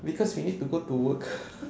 because we need to go to work